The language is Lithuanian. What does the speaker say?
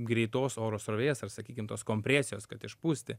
greitos oro srovės ar sakykim tos kompresijos kad išpūsti